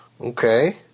Okay